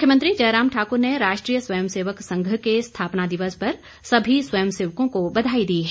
मुख्यमंत्री जयराम ठाकुर ने राष्ट्रीय स्वयं सेवक संघ के स्थापना दिवस सभी स्वयं सेवकों को बधाई दी है